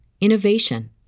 innovation